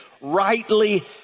rightly